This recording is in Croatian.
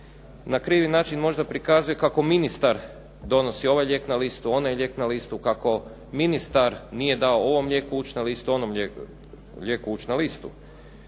na krivi način možda prikazuje kako ministar donosi ovaj lijek na listu, onaj lijek na listu, kako ministar nije dao ovom lijeku ući na listu, onom lijeku ući na listu.